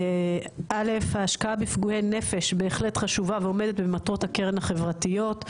א' ההשקעה בפגועי נפש בהחלט חשובה ועומדת במטרות הקרן החברתיות,